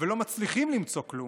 ולא מצליחים למצוא כלום,